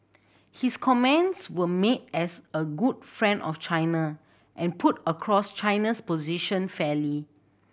his comments were made as a good friend of China and put across China's position fairly